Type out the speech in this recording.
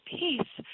peace